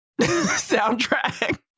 soundtrack